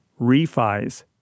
refis